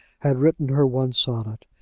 had written her one sonnet,